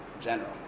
general